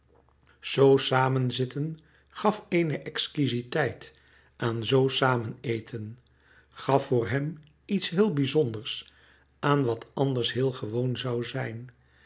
zoo samenzitten gaf eene exquiziteit aan zoo samen eten gaf voor hem iets heel bizonders aan wat anlouis couperus metamorfoze ders heel gewoon zoû zijn